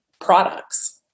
products